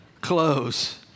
close